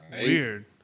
Weird